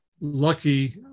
lucky